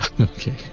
Okay